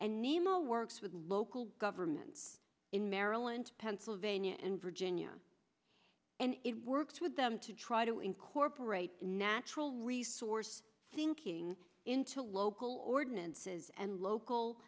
and neil works with local governments in maryland pennsylvania and virginia and it works with them to try to incorporate natural resource thinking into local ordinances and